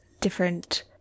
different